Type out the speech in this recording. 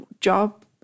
job